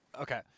Okay